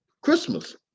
Christmas